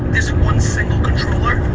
this one single controller,